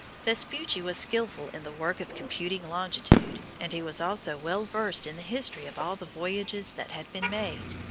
vespucci was skillful in the work of computing longitude, and he was also well versed in the history of all the voyages that had been made.